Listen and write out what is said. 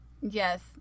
Yes